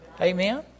Amen